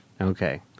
Okay